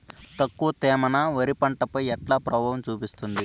తక్కువ తేమ నా వరి పంట పై ఎట్లా ప్రభావం చూపిస్తుంది?